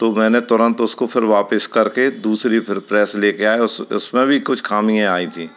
तो मैंने तुरंत उसको फिर वापस कर के दूसरी फिर प्रेस ले कर आया उस उसमें भी कुछ ख़ामियाँ आई थीं